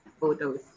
photos